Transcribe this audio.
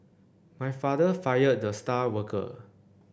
my father fired the star worker